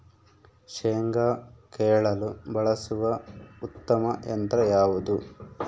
ಶೇಂಗಾ ಕೇಳಲು ಬಳಸುವ ಉತ್ತಮ ಯಂತ್ರ ಯಾವುದು?